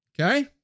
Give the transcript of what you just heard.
Okay